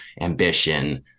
ambition